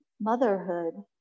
motherhood